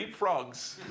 Leapfrogs